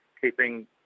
keeping